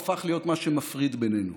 הפך להיות מה שמפריד בינינו.